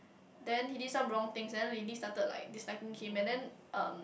then he did some wrong things and then Lily started like disliking him and then um